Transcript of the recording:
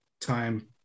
time